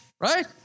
right